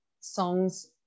songs